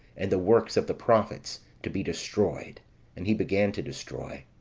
and the works of the prophets to be destroyed and he began to destroy.